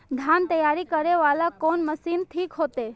धान तैयारी करे वाला कोन मशीन ठीक होते?